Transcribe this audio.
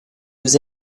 was